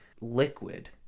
liquid